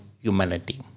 humanity